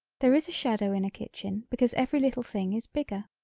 there is a shadow in a kitchen because every little thing is bigger.